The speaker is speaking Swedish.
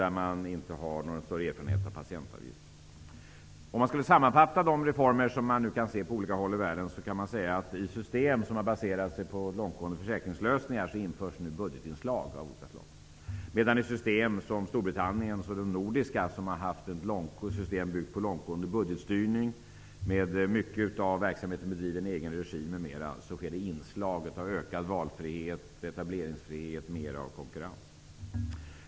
Man har inte heller haft någon större erfarenhet av patientavgifter. Som en sammanfattning av de reformer som genomförs på olika håll i världen kan man säga att i system som har baserat sig på långtgående försäkringslösningar införs nu budgetinslag, medan det i system som har byggt på långtgående budgetstyrning med mycket av verksamheten bedriven i egen regi -- såsom i Storbritannien och de nordiska länderna -- införs inslag av ökad valfrihet, etableringsfrihet och mera konkurrens.